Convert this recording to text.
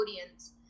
audience